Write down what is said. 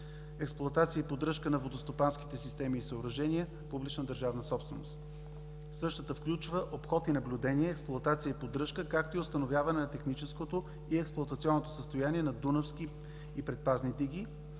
експлоатация и поддръжка на водостопанските системи и съоръжения – публична държавна собственост. Същата включва обход и наблюдение, експлоатация и поддръжка, както и установяване на техническото и експлоатационното състояние на дунавски и предпазни диги,